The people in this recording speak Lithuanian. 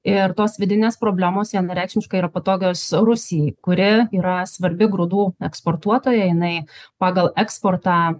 ir tos vidinės problemos vienareikšmiškai yra patogios rusijai kuri yra svarbi grūdų eksportuotoja jinai pagal eksportą